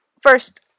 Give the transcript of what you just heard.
first